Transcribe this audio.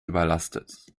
überlastet